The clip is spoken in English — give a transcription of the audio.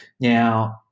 now